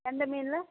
கெண்டை மீனில்